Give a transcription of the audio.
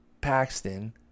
Paxton